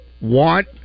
want